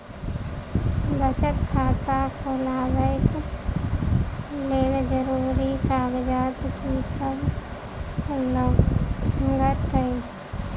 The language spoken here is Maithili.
बचत खाता खोलाबै कऽ लेल जरूरी कागजात की सब लगतइ?